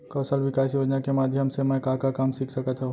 कौशल विकास योजना के माधयम से मैं का का काम सीख सकत हव?